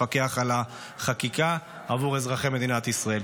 לפקח על החקיקה עבור אזרחי מדינת ישראל.